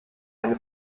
eine